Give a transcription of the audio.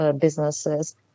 businesses